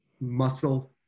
muscle